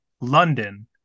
London